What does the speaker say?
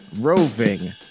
roving